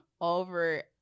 over